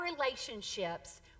relationships